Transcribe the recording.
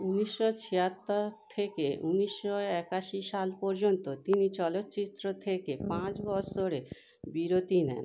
উনিশশো ছিয়াত্তর থেকে উনিশশো একাশি সাল পর্যন্ত তিনি চলচ্চিত্র থেকে পাঁচ বছরের বিরতি নেন